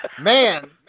Man